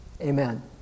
Amen